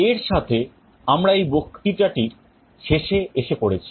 এর সাথে আমরা এই বক্তৃতাটির শেষে এসে পড়েছি